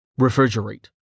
Refrigerate